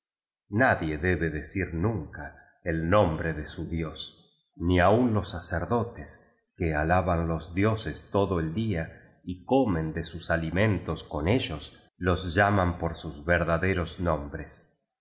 nadie debe decir nunca el nombre de su dios ni aun los sacerdotes que alaban los dioses todo el día y comen de sus alimentos con ellos los llaman por sus verdaderos nombres